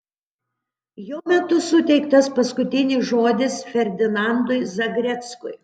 jo metu suteiktas paskutinis žodis ferdinandui zagreckui